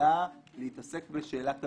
אלא להתעסק בשאלת המימון.